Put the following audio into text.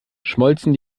schmolzen